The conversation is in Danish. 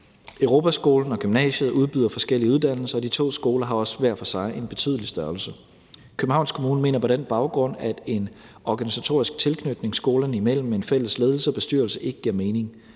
Europaskolen og gymnasiet udbyder forskellige uddannelser, og de to skoler har også hver for sig en betydelig størrelse. Københavns Kommune mener på den baggrund, at en organisatorisk tilknytning skolerne imellem med en fælles ledelse og bestyrelse ikke giver mening.